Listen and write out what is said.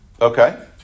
Okay